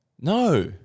No